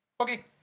okay